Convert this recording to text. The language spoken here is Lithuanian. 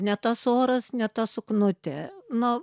ne tas oras ne ta suknutė nu